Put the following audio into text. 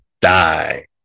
die